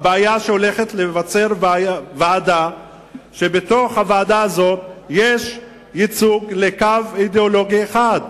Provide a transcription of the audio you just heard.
הבעיה היא שהולכת להיווצר ועדה שיש בה ייצוג לקו אידיאולוגי אחד,